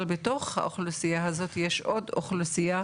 אבל בתוך האוכלוסייה הזאת יש עוד אוכלוסייה